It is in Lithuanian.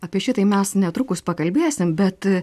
apie šitai mes netrukus pakalbėsim bet